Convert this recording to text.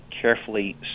carefully